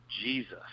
jesus